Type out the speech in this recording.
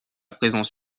présence